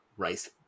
rice